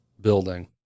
building